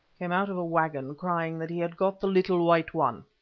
came out of a waggon crying that he had got the little white one.